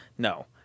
No